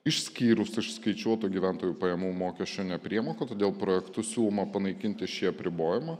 išskyrus išskaičiuoto gyventojų pajamų mokesčio nepriemoką todėl projektu siūloma panaikinti šį apribojimą